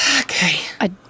Okay